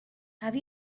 have